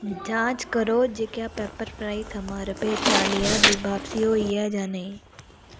जांच करो जे क्या पेपरफ्राई थमां रपेऽ चाली हज़ार दी बापसी होई ऐ जां नेईं